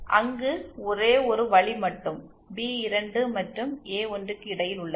அங்கு ஒரே ஒரு வழி மட்டும் பி2 மற்றும் ஏ1 க்கு இடையில் உள்ளது